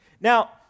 Now